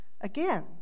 Again